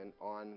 on